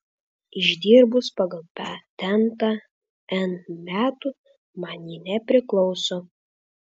išdirbus pagal patentą n metų man ji nepriklauso